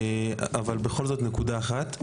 אבל בכל זאת נקודה אחת.